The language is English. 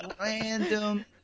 random